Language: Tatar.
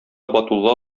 батулла